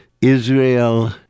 Israel